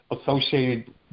associated